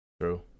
true